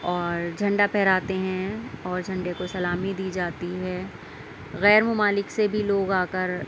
اور جَھنڈا پھہراتے ہیں اور جَھنڈے کو سلامی دی جاتی ہے غیرممالک سے بھی لوگ آ کر